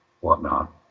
whatnot